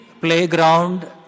playground